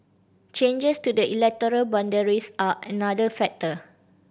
changes to the electoral boundaries are another factor